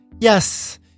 yes